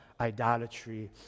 idolatry